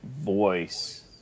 voice